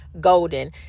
Golden